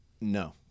No